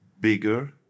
bigger